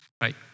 right